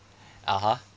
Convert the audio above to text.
(uh huh)